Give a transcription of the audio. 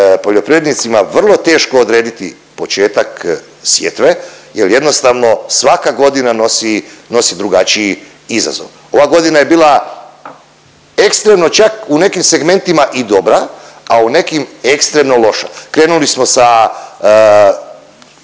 poljoprivrednicima vrlo teško odrediti početak sjetve jer jednostavno svaka godina nosi, nosi drugačiji izazov. Ova godina je bila ekstremno čak u nekim segmentima i dobra, a u nekim ekstremno loša. Krenuli smo sa